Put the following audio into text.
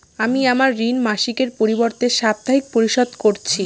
আমি আমার ঋণ মাসিকের পরিবর্তে সাপ্তাহিক পরিশোধ করছি